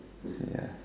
yeah